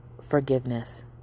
forgiveness